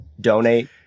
donate